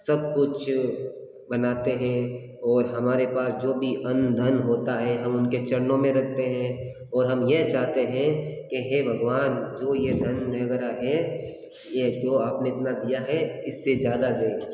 सब कुछ बनाते हैं और हमारे पास जो भी अन्न धन होता है हम उनके चरणों में रखते हैं और हम यह चाहते हैं कि हे भगवान जो यह धन वगैरह है यह तो आपने इतना दिया है इससे ज़्यादा दें